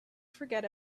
forget